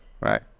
right